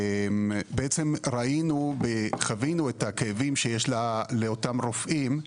ראינו וחווינו את הכאבים שיש לאותם רופאים,